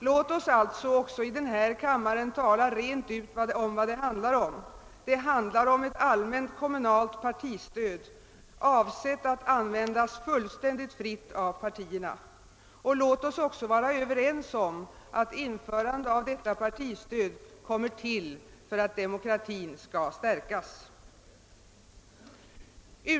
Låt oss alltså även i denna kammare tala rent ut om vad det är fråga om: ett allmänt kommunalt partistöd, avsett att användas fullständigt fritt av partierna. Och låt oss också vara överens om att detta partistöd införes för att demokratin skall stärkas.